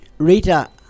Rita